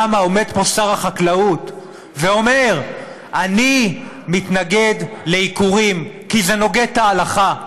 למה עומד פה שר החקלאות ואומר: אני מתנגד לעיקורים כי זה נוגד את ההלכה?